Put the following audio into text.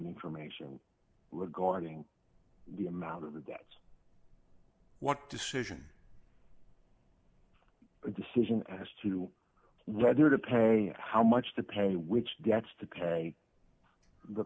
information regarding the amount of the debts what decision a decision as to whether to pay how much to pay which debts to pay the